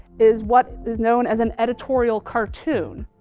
is what is known as an editorial cartoon,